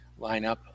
lineup